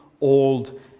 old